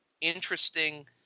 interesting